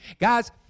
Guys